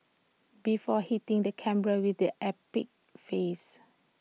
before hitting the camera with this epic face